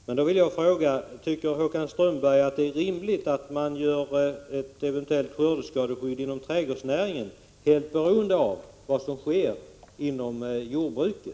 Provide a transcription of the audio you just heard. Men då vill jag fråga: Tycker Håkan Strömberg att det är rimligt att man gör ett eventuellt skördeskadeskydd inom trädgårdsnäringen helt beroende av vad som sker inom jordbruket?